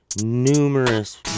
numerous